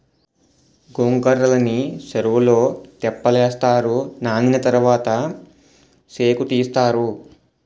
గొంకర్రలని సెరువులో తెప్పలేస్తారు నానిన తరవాత సేకుతీస్తారు